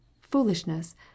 foolishness